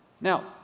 Now